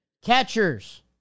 Catchers